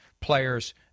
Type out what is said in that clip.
players